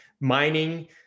mining